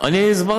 אני שואל: למה לא?